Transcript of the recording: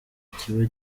kiba